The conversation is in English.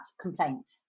complaint